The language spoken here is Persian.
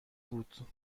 بود